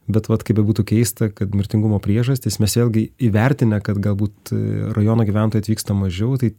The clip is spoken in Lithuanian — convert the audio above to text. bet vat kaip bebūtų keista kad mirtingumo priežastys mes vėlgi įvertinę kad galbūt rajono gyventojai atvyksta mažiau tai